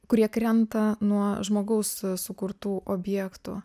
kurie krenta nuo žmogaus sukurtų objektų